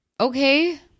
okay